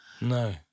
No